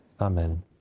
Amen